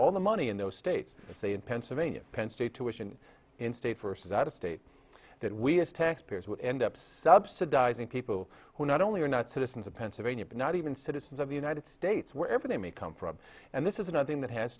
all the money in those states say in pennsylvania penn state tuition in states versus out of state that we as taxpayers would end up subsidizing people who not only are not citizens of pennsylvania but not even citizens of the united states wherever they may come from and this is another thing that has